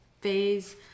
phase